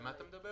על מה אתה מדבר?